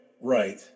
right